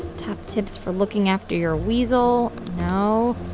top tips for looking after your weasel no.